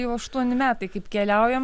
jau aštuoni metai kaip keliaujam